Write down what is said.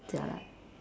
jialat